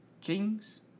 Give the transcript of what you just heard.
Kings